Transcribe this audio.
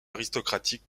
aristocratique